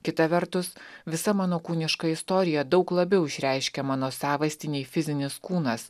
kita vertus visa mano kūniška istorija daug labiau išreiškia mano savastį nei fizinis kūnas